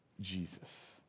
Jesus